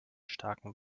starken